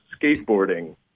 skateboarding